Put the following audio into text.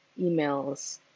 emails